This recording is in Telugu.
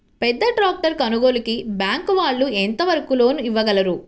పెద్ద ట్రాక్టర్ కొనుగోలుకి బ్యాంకు వాళ్ళు ఎంత వరకు లోన్ ఇవ్వగలరు?